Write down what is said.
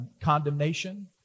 condemnation